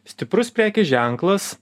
stiprus prekės ženklas